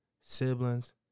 siblings